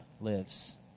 lives